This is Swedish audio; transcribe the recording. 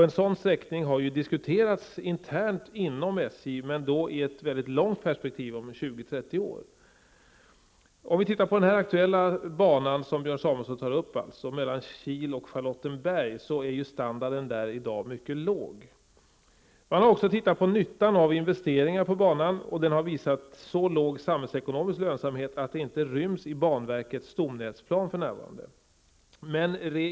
En sådan sträckning har diskuterats internt inom SJ, i ett mycket långt perspektiv på 20--30 år. Charlottenberg som Björn Samuelson tar upp är standarden i dag mycket låg. Man har också tittat på nyttan av investeringar på banan. Det har visat så låg samhällsekonomisk lönsamhet att det inte ryms i banverkets stomnätsplan för närvarande.